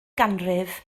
ganrif